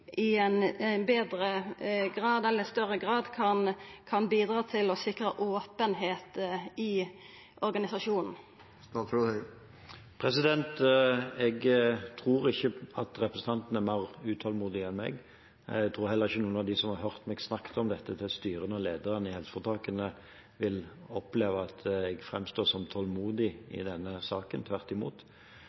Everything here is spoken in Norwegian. større grad kan bidra til å sikra openheit i organisasjonen? Jeg tror ikke at representanten er mer utålmodig enn meg. Jeg tror heller ikke noen av dem som har hørt meg snakke om dette til styrene og lederne i helseforetakene, vil oppleve at jeg framstår som tålmodig i denne saken – tvert imot.